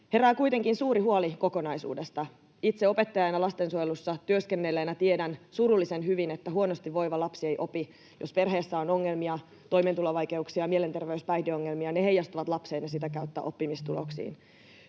Herää kuitenkin suuri huoli kokonaisuudesta. Itse opettajana ja lastensuojelussa työskennelleenä tiedän surullisen hyvin, että huonosti voiva lapsi ei opi. Jos perheessä on ongelmia, toimeentulovaikeuksia, mielenterveys-, päihdeongelmia, ne heijastuvat lapseen ja sitä kautta oppimistuloksiin.